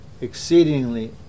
exceedingly